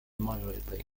moderately